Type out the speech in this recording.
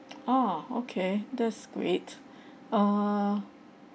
oh okay that's great err